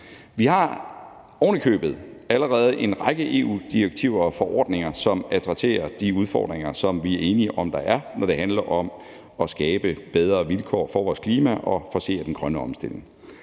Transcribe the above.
Vi har ovenikøbet allerede en række EU-direktiver og EU-forordninger, som adresserer de udfordringer, som vi er enige om der er, når det handler om at skabe bedre vilkår for vores klima og forcere den grønne omstilling.